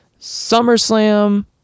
SummerSlam